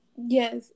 Yes